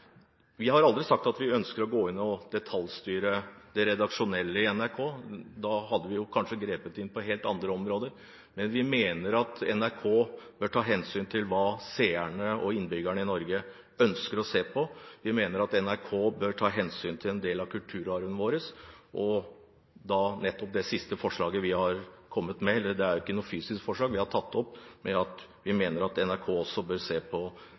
Vi har aldri sagt at vi ønsker å gå inn og detaljstyre det redaksjonelle i NRK – da hadde vi jo kanskje grepet inn på helt andre områder – men vi mener at NRK bør ta hensyn til hva seerne og innbyggerne i Norge ønsker å se på. Vi mener at NRK bør ta hensyn til en del av kulturarven vår – nettopp det siste forslaget vi har kommet med. Det er ikke noe fysisk forslag. Vi har tatt det opp fordi vi mener at NRK også bør se på